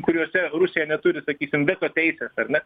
kuriose rusija neturi sakysim veto teisės ar ne